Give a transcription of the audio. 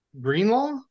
Greenlaw